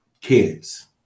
kids